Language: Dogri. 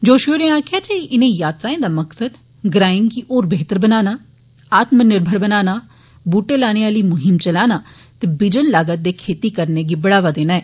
जोषी होरें आक्खेआ इनें यात्राएं दा मकसद ग्राएं गी होर बेह्तर बनाना आत्मनिर्भर बनाना बूह्टे लाने आली मुहिम चलाना ते बिजन लागत दे खेती करना ऐ